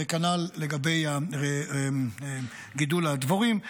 כנ"ל לגבי גידול הדבורים.